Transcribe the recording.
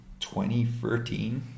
2013